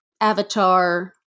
Avatar